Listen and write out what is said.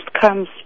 comes